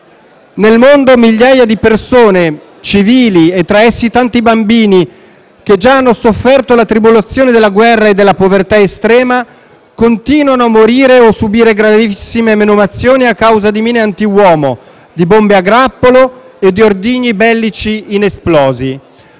«Nel mondo migliaia di persone - civili, e tra essi tanti bambini che già hanno sofferto le tribolazioni della guerra e della povertà estrema - continuano a morire, o subire gravissime menomazioni, a causa di mine anti-uomo, di bombe a grappolo, di ordigni bellici inesplosi».